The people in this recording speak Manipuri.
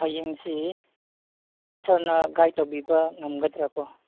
ꯍꯌꯦꯡꯁꯤ ꯁꯥꯔꯅ ꯒꯥꯏꯠ ꯇꯧꯕꯤꯕ ꯉꯝꯒꯗ꯭ꯔꯥꯀꯣ